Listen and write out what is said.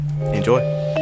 enjoy